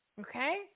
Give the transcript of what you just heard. okay